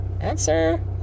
Answer